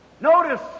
Notice